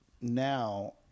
now